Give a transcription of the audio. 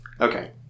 Okay